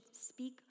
speak